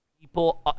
people